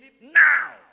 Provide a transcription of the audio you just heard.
now